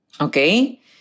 Okay